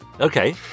Okay